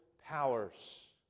powers